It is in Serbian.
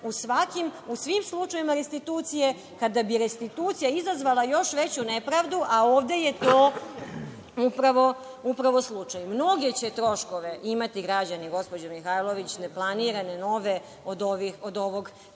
slučaj u svim slučajevima restitucije, kada bi restitucija izazvala još veću nepravdu, a ovde je to upravo slučaj. Mnoge će troškove imati građani, gospođo Mihajlović, neplanirane, nove od ovog